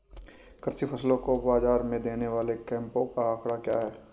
कृषि फसलों को बाज़ार में देने वाले कैंपों का आंकड़ा क्या है?